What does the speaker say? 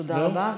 תודה רבה.